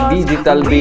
Digital